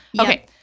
Okay